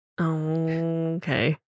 okay